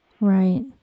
Right